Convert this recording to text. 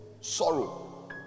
sorrow